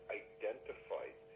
identified